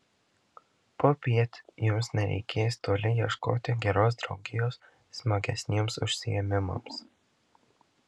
popiet jums nereikės toli ieškoti geros draugijos smagesniems užsiėmimams